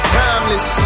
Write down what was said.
timeless